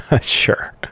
Sure